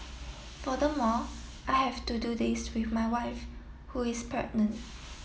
furthermore I have to do this with my wife who is pregnant